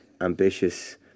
ambitious